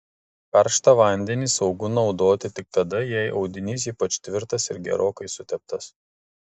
karštą vandenį saugu naudoti tik tada jei audinys ypač tvirtas ir gerokai suteptas